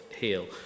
heal